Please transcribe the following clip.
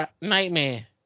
nightmare